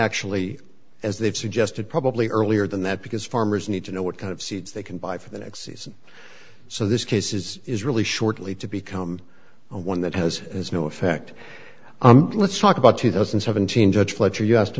actually as they've suggested probably earlier than that because farmers need to know what kind of seeds they can buy for the next season so this case is is really shortly to become one that has has no effect let's talk about two thousand and seventeen judge fletcher you